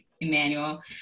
Emmanuel